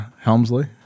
Helmsley